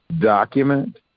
document